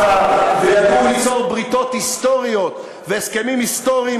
וידעו ליצור בריתות היסטוריות והסכמים היסטוריים